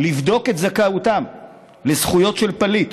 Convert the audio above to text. לבדוק את זכאותם לזכויות של פליט,